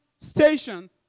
station